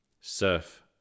surf